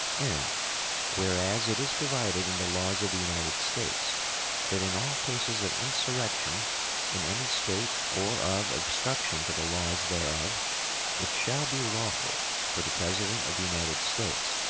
and whereas it is provided in the laws of the united states that in all cases of insurrection in any state or of obstruction to the laws thereof it shall be lawful for the president of the united states,